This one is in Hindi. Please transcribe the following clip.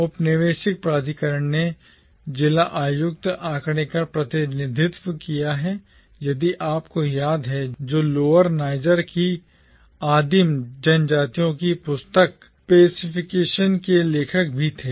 औपनिवेशिक प्राधिकरण ने जिला आयुक्त के आंकड़े का प्रतिनिधित्व किया यदि आपको याद है जो लोअर नाइजर की आदिम जनजातियों की पुस्तक पसिफिकेशन के लेखक भी थे